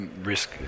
risk